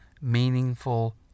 meaningful